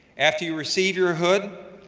after you receive your hood,